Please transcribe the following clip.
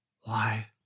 Why